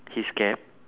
his cap